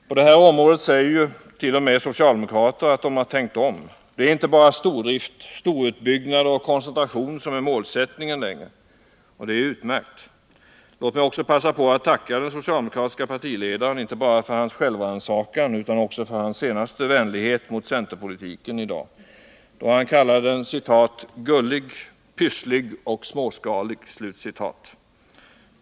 På det här området säger t.o.m. socialdemokraterna att de tänkt om — det är inte bara stordrift, storutbyggnader och koncentration som är målsättningen längre. Det är utmärkt! Låt mig också passa på att tacka den socialdemokratiska partiledaren, inte bara för hans självrannsakan utan också för hans senaste vänlighet mot centerpolitiken, då han i dag kallade den ”gullig, pysslig och småskalig”.